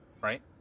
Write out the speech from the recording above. right